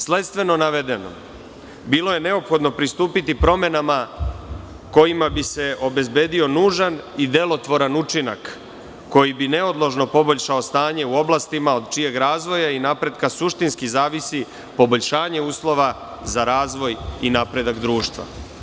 Sledstveno navedenom bilo je neophodno pristupiti promenama kojima bi se obezbedio nužan i delotvoran učinak, koji bi neodložno poboljšao stanje u oblastima od čijeg razvoja i napretka suštinski zavisi poboljšanje uslova za razvoj i napredak društva.